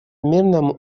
мирному